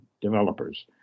developers